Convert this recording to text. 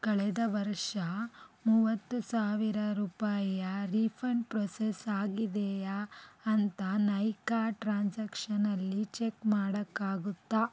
ಕಳೆದ ವರ್ಷ ಮೂವತ್ತು ಸಾವಿರ ರುಪಾಯಿಯ ರೀಫಂಡ್ ಪ್ರೊಸೆಸ್ ಆಗಿದೆಯಾ ಅಂತ ನೈಕಾ ಟ್ರಾನ್ಸ್ಯಾಕ್ಷದಲ್ಲಿ ಚೆಕ್ ಮಾಡೋಕ್ಕಾಗುತ್ತ